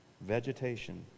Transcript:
vegetation